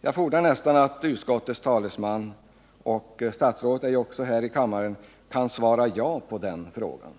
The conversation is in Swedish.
Jag fordrar nästan att utskottets talesman — och statsrådet, som ju också är här i kammaren — kan svara ja på den frågan.